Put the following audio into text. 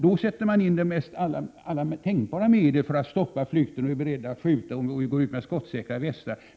Då sätter man in alla tänkbara medel för att stoppa flykten. Polisen är beredd att skjuta och har skottsäkra västar.